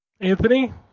Anthony